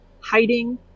hiding